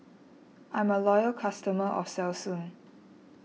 I'm a loyal customer of Selsun